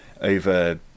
over